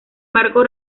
marco